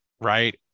right